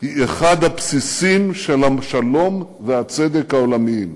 היא אחד הבסיסים של השלום והצדק העולמיים.